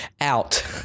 out